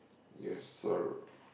yes sir